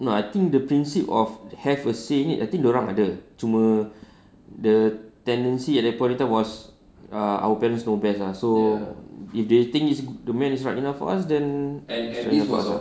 no I think the prinsip of have a say ni I think dorang ada cuma the tendency at that in point was ah our parents know best ah so if they think is the man is right enough for us then shouldn't refuse ah